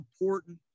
important